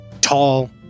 tall